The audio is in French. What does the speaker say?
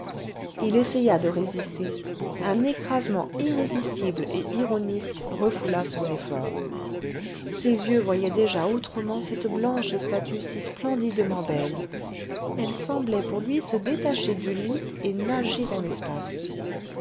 il essaya de résister un écrasement irrésistible et ironique refoula son effort ses yeux voyaient déjà autrement cette blanche statue si splendidement belle elle semblait pour lui se détacher du lit et nager dans l'espace